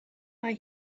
mae